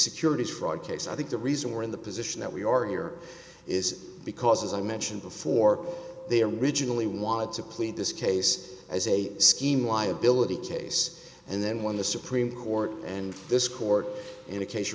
securities fraud case i think the reason we're in the position that we are here is because as i mentioned before they originally wanted to plead this case as a scheme liability case and then when the supreme court and this court indication